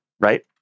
right